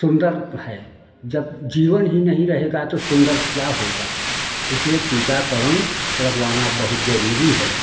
सुंदर है जब जीवन ही नहीं रहेगा तो सुंदर क्या होगा इसलिए टीकाकरण लगवाना बहुत जरूरी है